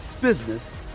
business